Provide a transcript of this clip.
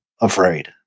afraid